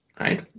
right